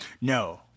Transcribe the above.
No